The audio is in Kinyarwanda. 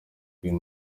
uyu